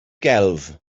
gelf